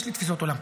יש לי תפיסות עולם,